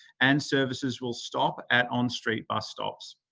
and services will stop at on-street bus stops.